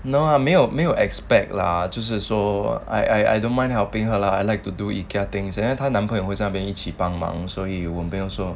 no ah 没有没有 expect lah 就是说 I I don't mind helping her lah I like to do Ikea things and then 她男朋友 zambian 一起帮忙所以我没有说